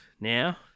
now